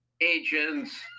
agents